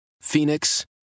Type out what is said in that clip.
Phoenix